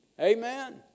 Amen